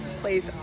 Please